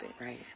right